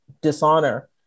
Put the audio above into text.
dishonor